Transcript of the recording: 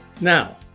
Now